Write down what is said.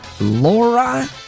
Laura